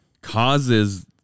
causes